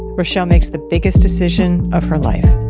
reshell makes the biggest decision of her life.